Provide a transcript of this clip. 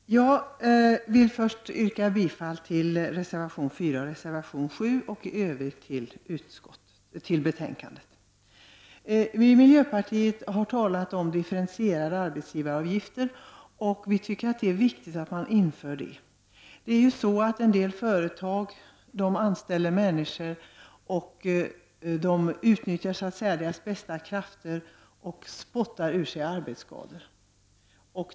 Herr talman! Jag vill först yrka bifall till reservationerna 4 och 7 och i övrigt till utskottets hemställan. Vi i miljöpartiet har talat om differentierade arbetsgivaravgifter, och vi tycker att det är viktigt att sådana införs. En del företag anställer människor, utnyttjar deras bästa krafter och spottar ur sig arbetsskador.